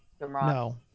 No